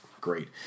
great